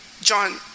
John